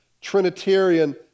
Trinitarian